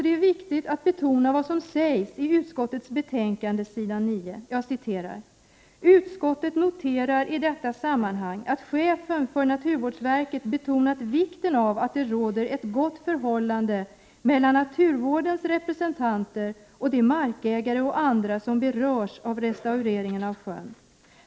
Det är viktigt att betona vad som sägs i utskottets betänkande på s. 9: ”Utskottet noterar i detta sammanhang att chefen för naturvårdsverket betonat vikten av att det råder ett gott förhållande mellan naturvårdens representanter och de markägare och andra som berörs av restaureringen av sjön.